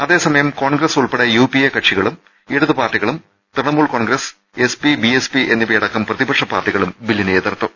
അതേസമയം കോൺഗ്രസ് ഉൾപ്പെടെ യുപിഎ കക്ഷികളും ഇടതു പാർട്ടികളും തൃണമൂൽ കോൺഗ്രസ്ട് എസ്പി ബിഎസ്പി എന്നിവയടക്കം പ്രതിപക്ഷ പാർട്ടികളും ബില്ലിനെ എതിർത്തു